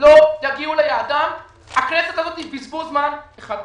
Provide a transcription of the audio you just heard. לא יגיעו ליעדם הכנסת הזאת היא בזבוז זמן אחד גדול.